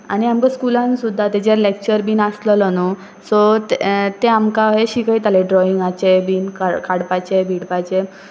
आनी आमकां स्कुलान सुद्दां ताचेर लॅक्चर बीन आसलेलो न्हय सो ते तें आमकां हे शिकयतालें ड्रॉइंगाचे बीन काडपाचे बिडपाचे